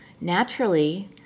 naturally